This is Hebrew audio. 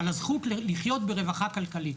על הזכות לחיות ברווחה כלכלית.